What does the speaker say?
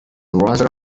rather